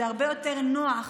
זה הרבה יותר נוח